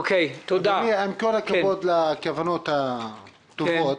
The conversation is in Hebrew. אדוני, עם כל הכבוד לכוונות הטובות,